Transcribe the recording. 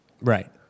Right